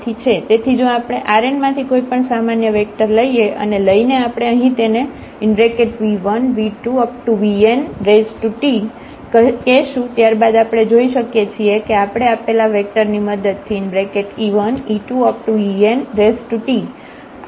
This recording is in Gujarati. તેથી જો આપણે Rn માંથી કોઈ પણ સામાન્ય વેક્ટર લઈએ અને લઈને આપણે અહીં તેને v1v2vnTકહેશું ત્યારબાદ આપણે જોઈ શકીએ છીએ કે આપણે આપેલા વેક્ટર ની મદદ થી e1e2enT આ વેક્ટર ને રજુ કરી શકીએ છીએ